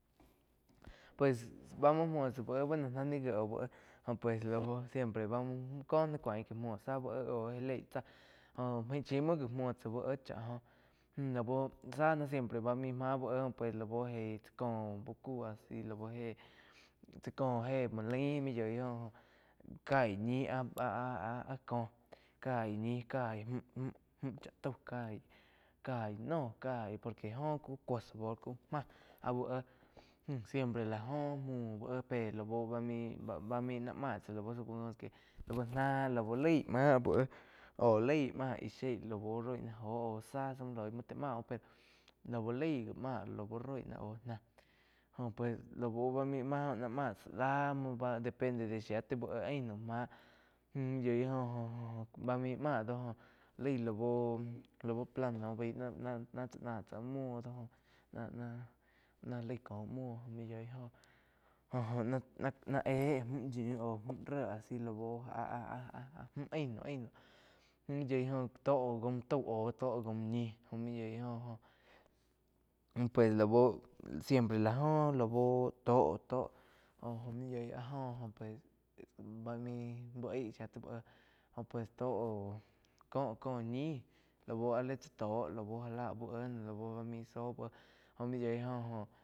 Pues bá muo múo tsá úh éh bueno ná naih gíe oh úh éh jo pues lau siempre bá muo có ná cuain múo zá uh éh aug gá leig tsáh jo maig chim muo gi muo tsáh úh éh chá góh lau záh siempre bá maí máh úh éh jo pues lau jei tsá có úh cku asi lau chá kóh jé muo lain mi yiu joh kaig ñi áh-áh koh caig ñi caig múh chá tau caíg, caig noh caig por que joh cúo sabor ku máh aú éh. Siempre lá oh múo úh éh pe lau bá main bá main náh máh tsáh lau supongamos que ná lau laig máh úh éh au laig má ih shíei lau roi náh jó au záh muo lio muo tá máh óh pe lau laig gi máh lau rói náh aú náh jo pues lau mai máh náh máh tsá lá muo bá depende de shia tai úh éh ain naum máh óh muo yoi go oh bá main máh do joh lai lau úh plano ná-ná tsáh ná tsá áh muo do. Ná-ná laig ko úo mi yoi joh jo-jo ná-ná éh mju yiu au auh mju réh asi lau áh-áh ain maum, ain naum mú yoi go tó jaum tau aú jaum ñi jo main yoi go oh en pue lau siempre la jó lau tó-tó jo múo yoih áh joh óh pues bá main úh aig shía tai uh éh jó pues tóh kóh co ñih laú áh li tsá toh laú já lá úh éh lau main zóh úh éh jo main yoí joh.